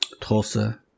Tulsa